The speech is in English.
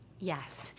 Yes